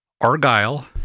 argyle